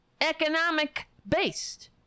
economic-based